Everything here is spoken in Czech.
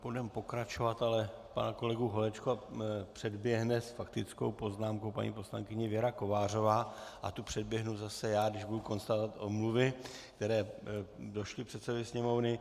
Budeme pokračovat, ale pana kolegu Holečka předběhne s faktickou poznámkou paní poslankyně Věra Kovářová a tu předběhnu zase já, když budu konstatovat omluvy, které došly předsedovi Sněmovny.